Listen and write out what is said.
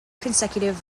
consecutive